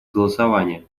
голосования